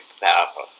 powerful